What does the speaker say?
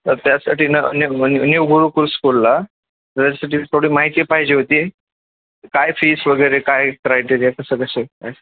तर त्यासाठी ना न्य न्यू गुरुकूल स्कूलला त्याच्यासाठी थोडी माहिती पाहिजे होती काय फीस वगैरे काय क्रायटेरिया कसं कसं आहे